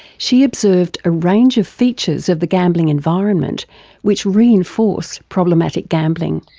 she observed a range of features of the gambling environment which reinforce problematic gambling.